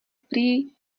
prý